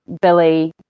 Billy